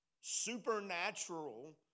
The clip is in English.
supernatural